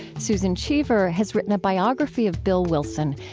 susan cheever has written a biography of bill wilson,